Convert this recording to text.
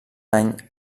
any